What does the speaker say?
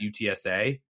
UTSA